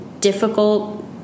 difficult